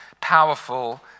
powerful